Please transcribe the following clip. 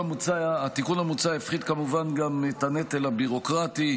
התיקון המוצע יפחית כמובן גם את הנטל הביורוקרטי,